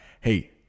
hey